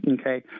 okay